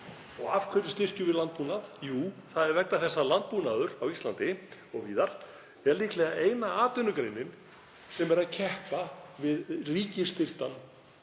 Og af hverju styrkjum við landbúnað? Jú, það er vegna þess að landbúnaður á Íslandi og víðar er líklega eina atvinnugreinin sem er að keppa við ríkisstyrktan